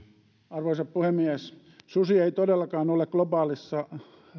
arvoisa puhemies susi ei todellakaan ole globaalissa